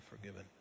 forgiven